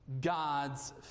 God's